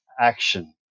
action